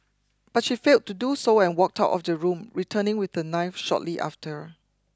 but she failed to do so and walked out of the room returning with a knife shortly after